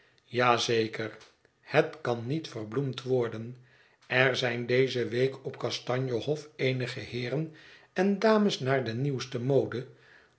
het kan niet verbloemd worden er zijn deze week op kastanje hof eenige heeren en dames naar de nieuwste mode